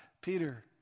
Peter